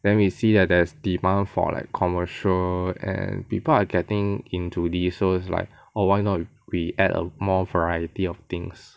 then we see that there is demand for like commercial and people are getting into these so it's like oh why not we add a more variety of things